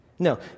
No